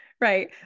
Right